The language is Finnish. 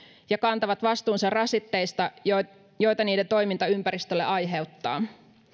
ja kantavat vastuunsa rasitteista joita joita niiden toiminta ympäristölle aiheuttaa